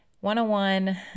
one-on-one